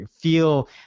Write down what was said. feel